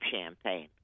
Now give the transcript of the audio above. champagne